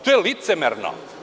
To je licemerno.